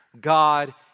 God